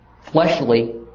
fleshly